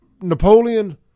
Napoleon